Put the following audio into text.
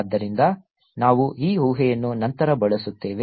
ಆದ್ದರಿಂದ ನಾವು ಈ ಊಹೆಯನ್ನು ನಂತರ ಬಳಸುತ್ತೇವೆ